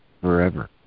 forever